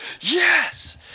yes